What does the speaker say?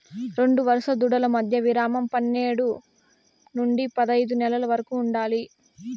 రెండు వరుస దూడల మధ్య విరామం పన్నేడు నుండి పదైదు నెలల వరకు ఉండాలి